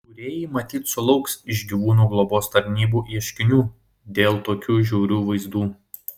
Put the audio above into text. kūrėjai matyt sulauks iš gyvūnų globos tarnybų ieškinių dėl tokių žiaurių vaizdų